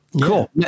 cool